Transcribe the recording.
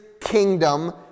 kingdom